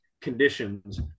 conditions